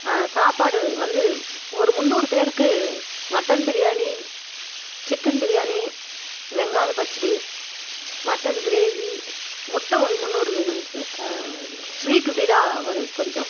சாப்பாடு வந்து ஒரு முன்னூறு பேருக்கு மட்டன் பிரியாணி சிக்கன் பிரியாணி வெங்காய பச்சடி மட்டன் கிரேவி முட்டை ஒரு முன்னூறு வேணுங் சார் ஸ்வீட்டு பீடா ஒரு கொஞ்சம்